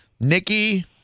Nikki